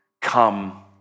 come